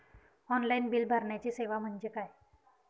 Online bill भरण्याची सेवा म्हणजे काय?